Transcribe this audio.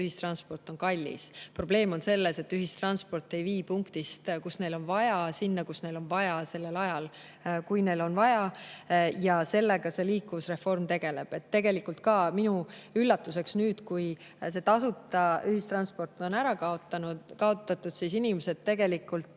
ühistransport on kallis. Probleem on selles, et ühistransport ei vii sellest punktist, kust neil on vaja, sinna, kuhu neil on vaja, sellel ajal, kui neil on vaja. Sellega liikuvusreform tegelebki. Ka minu üllatuseks nüüd, kui tasuta ühistransport on ära kaotatud, inimesed tegelikult